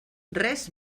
res